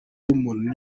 y’umuntu